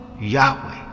yahweh